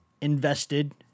invested